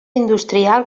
industrial